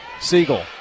Siegel